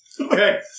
Okay